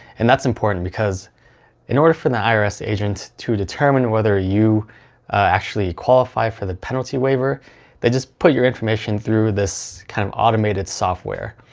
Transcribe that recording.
and that's important because in order for the irs agent to determine whether you actually qualify for the penalty waiver they just put your information through this kind of automated software.